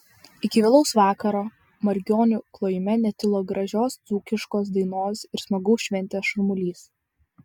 iki vėlaus vakaro margionių klojime netilo gražios dzūkiškos dainos ir smagus šventės šurmulys